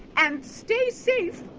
and stay safe,